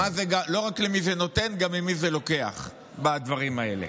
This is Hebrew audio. לא רק למי זה נותן, גם ממי זה לוקח בדברים האלה.